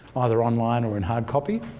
either online or in hardcopy,